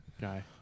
guy